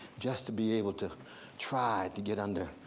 just to be able to try to get under